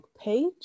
page